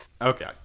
Okay